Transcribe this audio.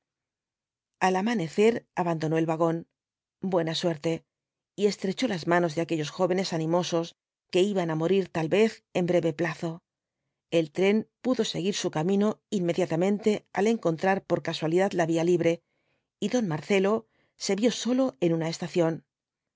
al amanecer abandonó el vagón buena suerte y estrechó las manos de aquellos jóvenes animosos que iban á morir tal vez en breve plazo el tren pudo seguir su camino inmediatamente al encontrar por casualidad la vía libre y don marcelo se vio solo en una estación